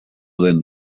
den